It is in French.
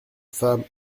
femme